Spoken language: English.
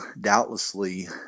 doubtlessly